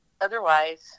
otherwise